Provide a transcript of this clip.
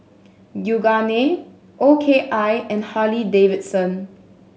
Yoogane O K I and Harley Davidson